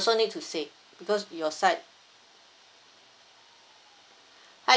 also need to say because your side